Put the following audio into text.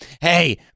hey-